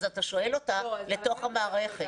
אז אתה שואל אותה לתוך המערכת.